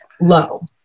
low